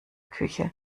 küche